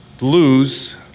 lose